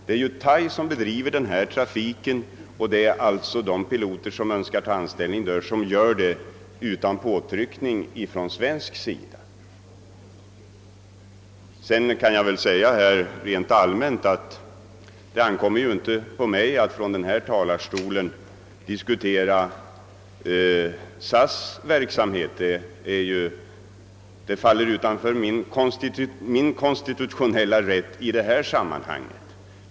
Det är Thai som bedriver trafiken, och de piloter som söker anställning där gör det utan påtryckning från svensk sida. Rent allmänt vill jag säga att det inte ankommer på mig att i denna kammare diskutera SAS” verksamhet. Det faller utanför min konstitutionella befogenhet i detta sammanhang.